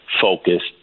focused